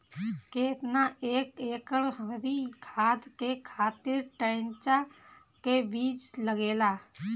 केतना एक एकड़ हरी खाद के खातिर ढैचा के बीज लागेला?